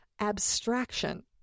Abstraction